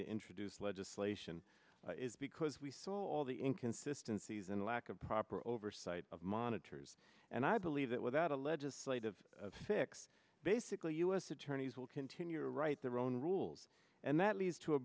to introduce legislation is because we saw all the inconsistency and lack of proper oversight of monitors and i believe that without a legislative fix basically u s attorneys will continue to write their own rules and that leads to a